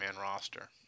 roster